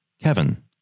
Kevin